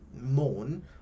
mourn